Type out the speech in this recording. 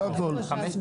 זה הכל.